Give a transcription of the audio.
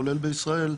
כולל בישראל,